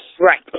Right